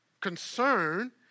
concern